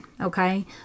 Okay